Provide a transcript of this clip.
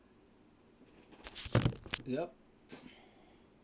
yup